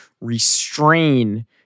restrain